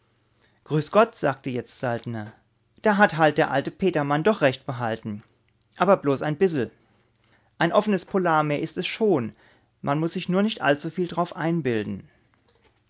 grüß gott sagte jetzt saltner da hat halt der alte petermann doch recht behalten aber bloß ein bissel ein offenes polarmeer ist es schon man muß sich nur nicht zuviel drauf einbilden